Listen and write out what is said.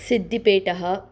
सिद्धिपेठः